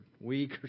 week